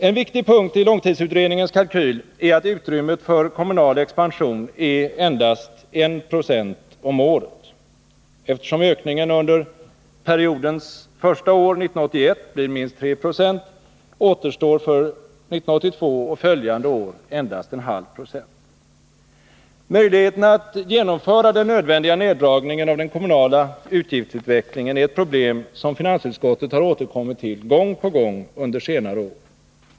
En viktig punkt i långtidsutredningens kalkyl är att utrymmet för kommunal expansion är endast 1 20 om året. Eftersom ökningen under periodens första år, 1981, blir minst 3 70, återstår för 1982 och följande år endast 1/2 26. Möjligheterna att genomföra den nödvändiga neddragningen av den kommunala utgiftsutvecklingen är ett problem, som finansutskottet har återkommit till gång på gång under senare år.